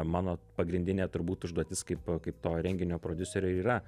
mano pagrindinė turbūt užduotis kaip kaip to renginio prodiuserio yra